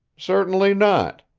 certainly not,